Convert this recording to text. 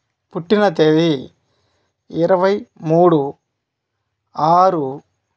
పుట్టిన తేదీ ఇరవై మూడు ఆరు